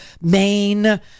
Maine